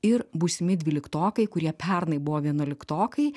ir būsimi dvyliktokai kurie pernai buvo vienuoliktokai